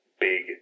big